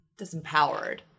disempowered